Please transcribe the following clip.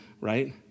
right